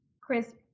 Chris